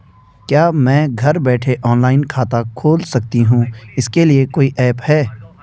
क्या मैं घर बैठे ऑनलाइन खाता खोल सकती हूँ इसके लिए कोई ऐप है?